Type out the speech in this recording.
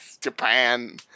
Japan